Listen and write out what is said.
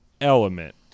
element